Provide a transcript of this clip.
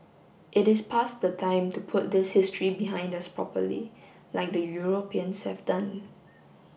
it is past the time to put this history behind us properly like the Europeans have done